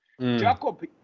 Jacob